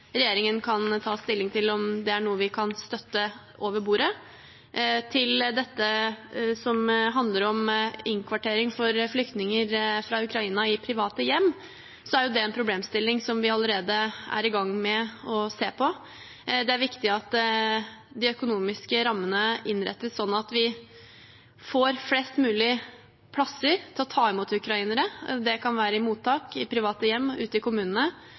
regjeringen kan ta stilling til om det er noe vi kan støtte over bordet. Til det som handler om innkvartering for flyktninger fra Ukraina i private hjem: Det er en problemstilling som vi allerede er i gang med å se på. Det er viktig at de økonomiske rammene innrettes sånn at vi får flest mulig plasser til å ta imot ukrainere – det kan være i mottak, i private hjem og ute i kommunene